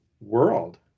world